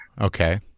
okay